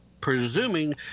presuming